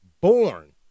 born